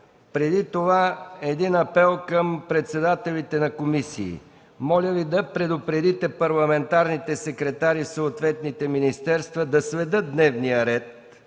Преди това един апел към председателите на комисии. Моля Ви да предупредите парламентарните секретари в съответните министерства да следят дневния ред